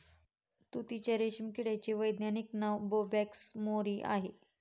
तुतीच्या रेशीम किड्याचे वैज्ञानिक नाव बोंबॅक्स मोरी आहे